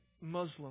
Muslim